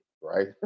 right